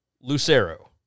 Lucero